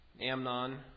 Amnon